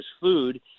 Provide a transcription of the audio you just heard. food